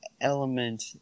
element